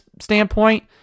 standpoint